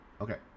Okay